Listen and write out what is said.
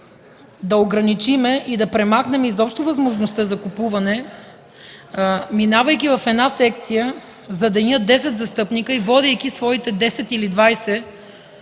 да ограничим и да премахнем изобщо възможността за купуване, минавайки в една секция за деня десет застъпници и водейки своите десет или